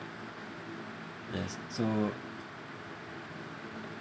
yes so